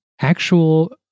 actual